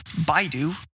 Baidu